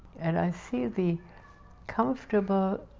and i see the comfortable